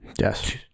Yes